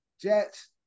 Jets